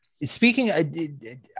Speaking